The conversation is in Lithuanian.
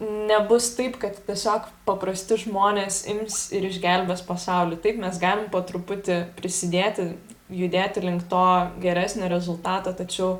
nebus taip kad tiesiog paprasti žmonės ims ir išgelbės pasaulį taip mes galim po truputį prisidėti judėti link to geresnio rezultato tačiau